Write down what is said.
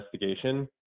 investigation